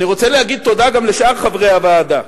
אני רוצה להגיד תודה גם לשאר חברי הוועדה,